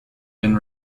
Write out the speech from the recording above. been